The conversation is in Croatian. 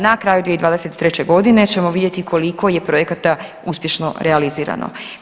Na kraju 2023. godine ćemo vidjeti koliko je projekata uspješno realizirano.